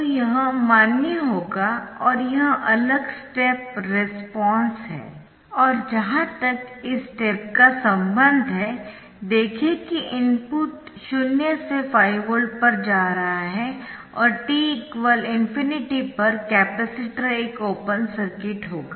तो यह मान्य होगा और यह अलग स्टेप रेस्पॉन्स है और जहां तक इस स्टेप का संबंध है देखें कि इनपुट शून्य से 5 वोल्ट पर जा रहा है और t ∞ पर कपैसिटर एक ओपन सर्किट होगा